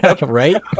Right